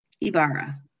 Ibarra